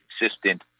consistent